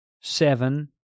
seven